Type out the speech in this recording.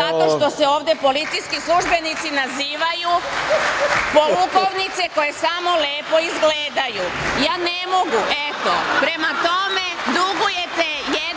zato što se ovde policijski službenici nazivaju polukovnice koje samo lepo izgledaju. Ja ne mogu, prema tome, dugujete jedno